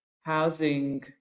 housing